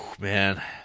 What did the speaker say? Man